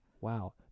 Wow